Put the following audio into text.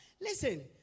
Listen